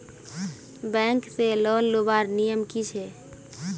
Bank से loan लुबार नियम की छे?